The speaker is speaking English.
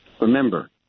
Remember